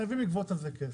חייבים לגבות על זה כסף.